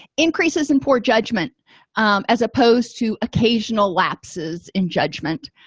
increases in poor judgment as opposed to occasional lapses in judgment